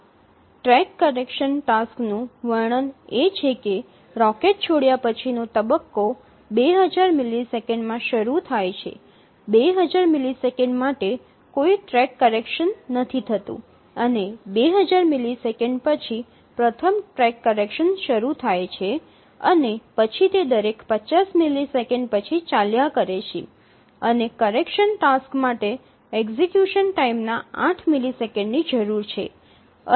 આ track correction ટાસ્કનું વર્ણન એ છે કે રોકેટ છોડ્યા પછીનો તબક્કો ૨000 મિલિસેકન્ડ માં શરૂ થાય છે ૨000 મિલિસેકંડ માટે કોઈ ટ્રેક કરેક્શન નથી થતું અને ૨000 મિલિસેકંડ પછી પ્રથમ ટ્રેક કરેક્શન શરૂ થાય છે અને પછી તે દરેક ૫0 મિલિસેકન્ડ પછી ચાલ્યા કરે છે અને કરેક્શન ટાસ્ક માટે એક્ઝિકયુશન ટાઇમના 8 મિલિસેકંડની જરૂર છે